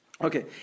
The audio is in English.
Okay